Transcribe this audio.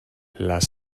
las